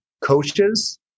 coaches